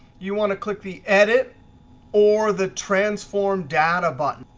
you want to click the edit or the transform data button.